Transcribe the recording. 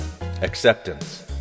Acceptance